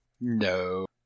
No